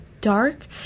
dark